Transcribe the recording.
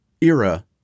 era